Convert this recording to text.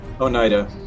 Oneida